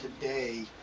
today